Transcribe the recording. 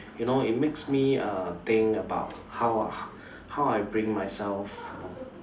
you know it makes me err think about how how I bring myself